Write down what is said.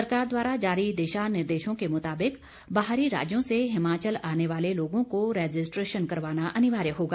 सरकार द्वारा जारी दिशा निर्देशों के मुताबिक बाहरी राज्यों से हिमाचल आने वाले लोगों को रजिस्ट्रेशन करवाना अनिवार्य होगा